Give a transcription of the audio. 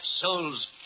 souls